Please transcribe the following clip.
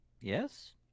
Yes